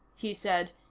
he said,